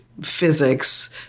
physics